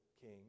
King